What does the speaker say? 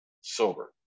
sober